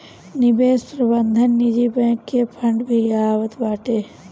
निवेश प्रबंधन निजी बैंक के फंड भी आवत बाटे